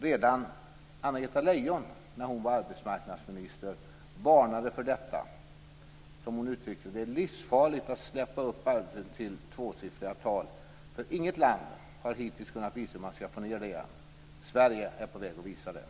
Redan Anna-Greta Leijon varnade för detta, när hon var arbetsmarknadsminister. Hon uttryckte det så här: Det är livsfarligt att släppa upp arbetslösheten till tvåsiffriga tal. Inget land har hittills kunnat visa hur man skall få ned den igen. Sverige är på väg att visa det.